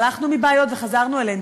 הלכנו מבעיות וחזרנו אליהן,